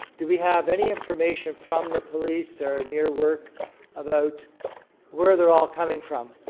do we have any information from the police or in your work about where they're all coming from?